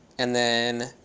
and then,